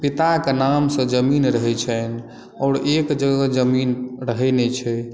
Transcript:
पिताक नाम सॅं जमीन रहै छनि आओर एक जगह जमीन रहै नहि छै